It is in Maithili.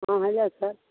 हॅं हेलो सर